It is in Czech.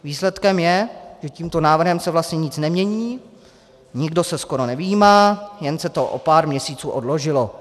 Výsledkem je, že tímto návrhem se vlastně nic nemění, nikdo se skoro nevyjímá, jen se to o pár měsíců odložilo.